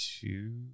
two